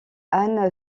anne